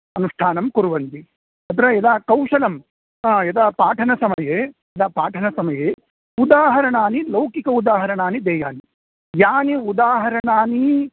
अनुष्ठानं कुर्वन्ति अत्र यदा कौशलं यदा पाठनसमये यदा पाठनसमये उदाहरणानि लौकिक उदाहरणानि देयानि यानि उदाहरणानि